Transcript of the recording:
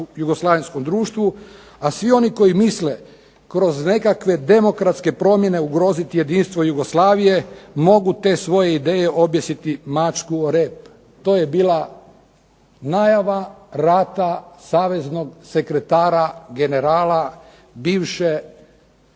jugoslavenskom društvu, a svi oni koji misle kroz nekakve demokratske promjene ugroziti jedinstvo Jugoslavije, mogu te svoje ideje objesiti mačku o rep". To je bila najava rata saveznog sekretara generala bivše